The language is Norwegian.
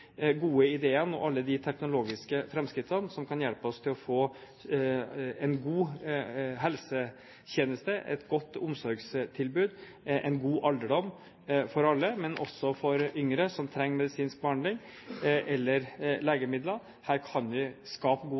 gode ideene og alle de teknologiske framskrittene som kan hjelpe oss til å få en god helsetjeneste, et godt omsorgstilbud og en god alderdom for alle, men også for yngre som trenger medisinsk behandling eller legemidler. Her kan vi skape